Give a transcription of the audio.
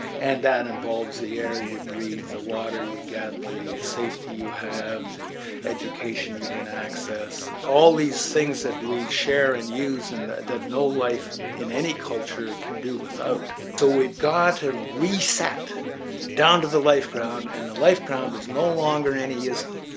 and that involves the air you breathe, the water you get, the safety you have, the education you can access. all these things that we share and use and that no life, in any culture, can do without. so we've got to reset down to the life ground and the life ground is no longer any ism.